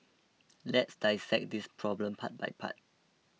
let's dissect this problem part by part